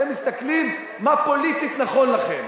אתם מסתכלים מה פוליטית נכון לכם.